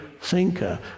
thinker